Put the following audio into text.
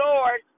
Lord